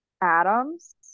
Adams